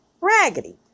raggedy